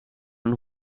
een